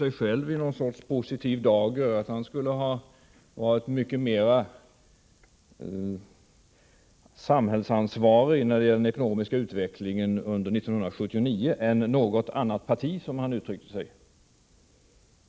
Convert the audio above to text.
Man skulle inom det socialdemokratiska partiet ha varit mycket mera samhällsansvarig när det gäller den ekonomiska utvecklingen under 1979 än inom något annat parti — som han uttryckte sig.